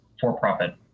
for-profit